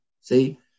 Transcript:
see